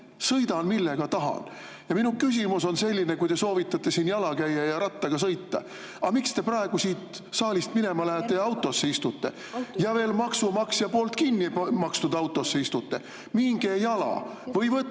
Sõidan, millega tahan. Minu küsimus on selline. Te soovitate siin jala käia ja rattaga sõita. Aga miks te praegu, kui te siit saalist minema lähete, autosse istute ja veel maksumaksja kinnimakstud autosse? Minge jala või võtke